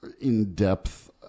in-depth